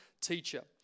teacher